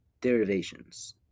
derivations